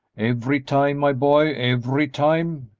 every time, my boy, every time!